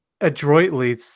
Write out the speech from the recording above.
adroitly